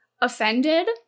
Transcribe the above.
offended